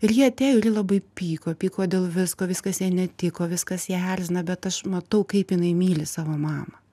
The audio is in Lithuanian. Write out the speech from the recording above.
ir ji atėjo ir ji labai pyko pyko dėl visko viskas jai netiko viskas ją erzina bet aš matau kaip jinai myli savo mamą